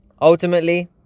Ultimately